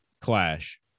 Clash